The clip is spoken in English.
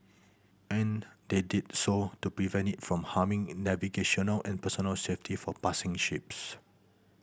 and they did so to prevent it from harming navigational and personnel safety for passing ships